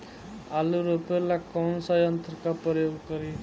आलू रोपे ला कौन सा यंत्र का प्रयोग करी?